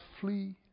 flee